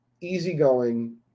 easygoing